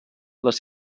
les